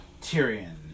Tyrion